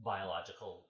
biological